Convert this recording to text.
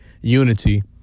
unity